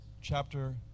Chapter